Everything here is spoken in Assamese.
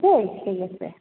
দেই ঠিক আছে